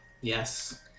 Yes